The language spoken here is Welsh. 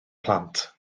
plant